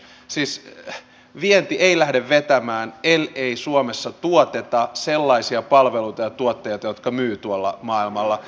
siis vienti ei lähde vetämään ellei suomessa tuoteta sellaisia palveluita ja tuotteita jotka myyvät tuolla maailmalla